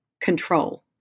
control